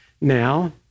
now